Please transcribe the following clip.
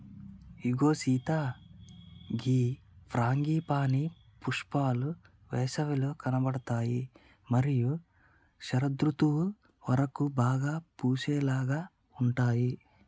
ఇగో సీత గీ ఫ్రాంగిపానీ పుష్పాలు ఏసవిలో కనబడుతాయి మరియు శరదృతువు వరకు బాగా పూసేలాగా ఉంటాయి